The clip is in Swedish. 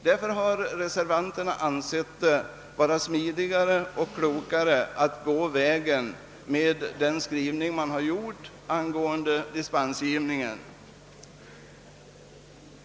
Därför har reservanterna ansett det vara smidigare att gå vägen med den skrivning man har gjort angående dispensgivningen.